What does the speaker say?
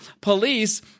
police